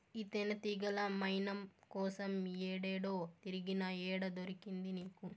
ఈ తేనెతీగల మైనం కోసం ఏడేడో తిరిగినా, ఏడ దొరికింది నీకు